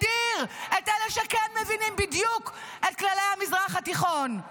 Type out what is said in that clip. מדיר את אלה שכן מבינים בדיוק את כללי המזרח התיכון,